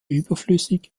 überflüssig